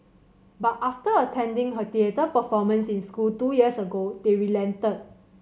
but after attending her theatre performance in school two years ago they relented